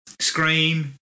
Scream